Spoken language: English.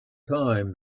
time